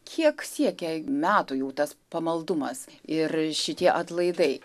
kiek siekia metų jau tas pamaldumas ir šitie atlaidai